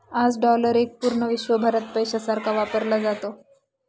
आज डॉलर एक पूर्ण विश्वभरात पैशासारखा वापरला जातो